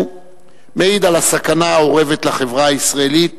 מעיד על הסכנה האורבת לחברה הישראלית